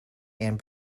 and